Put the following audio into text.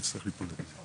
נצטרך להתמודד עם זה.